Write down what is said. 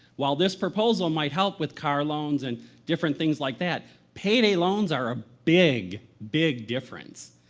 while this proposal might help with car loans and different things like that, payday loans are a big, big difference.